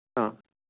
ആ